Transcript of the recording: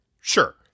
Sure